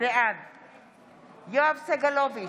בעד יואב סגלוביץ'